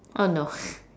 oh no